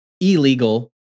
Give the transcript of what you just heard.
illegal